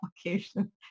application